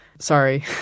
Sorry